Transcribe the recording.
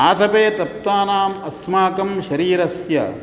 आतपे तप्तानाम् अस्माकं शरीरस्य